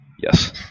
Yes